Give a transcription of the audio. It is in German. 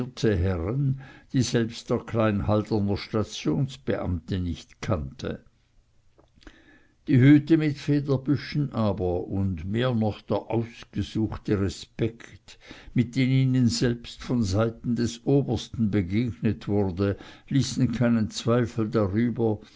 herren die selbst der klein halderner stationsbeamte nicht kannte die hüte mit federbüschen aber und mehr noch der ausgesuchte respekt mit dem ihnen selbst von seiten des obersten begegnet wurde ließen keinen zweifel darüber